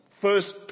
first